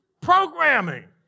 Programming